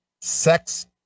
sex